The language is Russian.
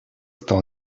стал